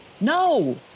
no